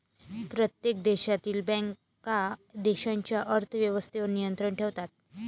प्रत्येक देशातील बँका देशाच्या अर्थ व्यवस्थेवर नियंत्रण ठेवतात